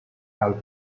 have